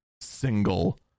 single